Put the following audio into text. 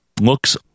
looks